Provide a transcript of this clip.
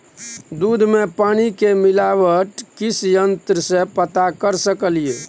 दूध में पानी के मिलावट किस यंत्र से पता कर सकलिए?